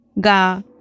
ga